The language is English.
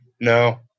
no